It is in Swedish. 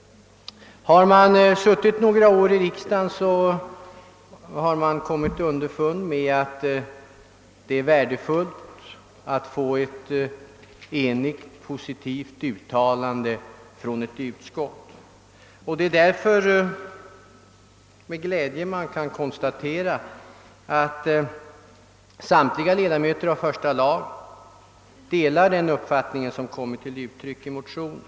När man suttit några år i riksdagen kommer man underfund med att det är värdefullt att få ett positivt och enhälligt uttalande från ett utskott. Det är därför med glädje man konstaterar att samtliga ledamöter av första lagutskottet delar den uppfattning som kommer till uttryck i motionerna.